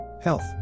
Health